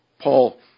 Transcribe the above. Paul